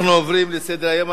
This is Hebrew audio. אנחנו עוברים לסדר-היום,